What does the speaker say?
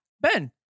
Ben